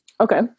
okay